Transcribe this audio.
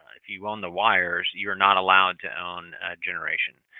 if you own the wires, you are not allowed to own generation.